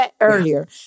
earlier